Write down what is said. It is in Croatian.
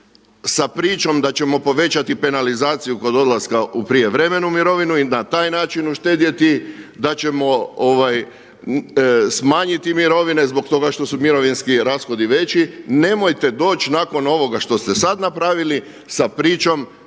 sa pričom da ćemo povećati penalizaciju kod odlaska u prijevremenu mirovinu i na taj način uštedjeti, da ćemo smanjiti mirovine zbog toga što su mirovinski rashodi veći, nemojte doći nakon ovoga što ste sada napravili sa pričom